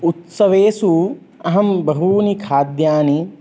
उत्सवेषु अहं बहूनि खाद्यानि